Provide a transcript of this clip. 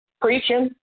preaching